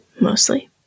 Mostly